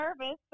nervous